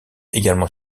également